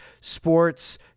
sports